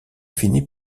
finit